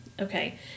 okay